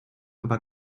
aber